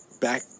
back